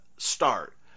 Start